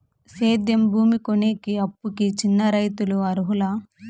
సేద్యం భూమి కొనేకి, అప్పుకి చిన్న రైతులు అర్హులా?